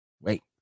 Wait